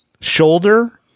shoulder